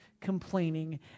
complaining